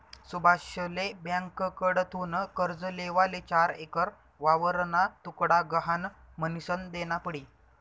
सुभाषले ब्यांककडथून कर्ज लेवाले चार एकर वावरना तुकडा गहाण म्हनीसन देना पडी